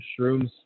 shrooms